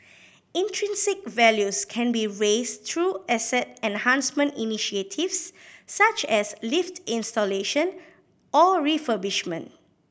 intrinsic values can be raised through asset enhancement initiatives such as lift installation or refurbishment